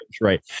Right